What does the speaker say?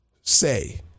say